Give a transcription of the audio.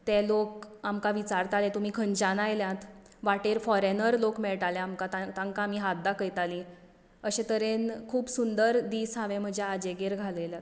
ते लोक आमकां विचारताले तुमी खंयच्यान आयल्यांत वाटेर फॉरेनर लोक मेळटाले आमकां तांकां आमी हात दाखयतालीं अशे तरेन खूब सुंदर दीस हांवे म्हज्या आजेगेर घालयल्यात